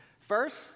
First